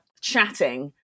chatting